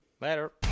Later